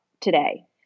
today